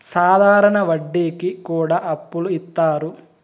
సాధారణ వడ్డీ కి కూడా అప్పులు ఇత్తారు